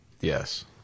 Yes